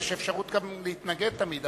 יש אפשרות גם להתנגד תמיד,